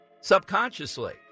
Subconsciously